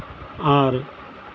ᱟᱨ